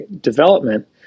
development